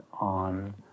on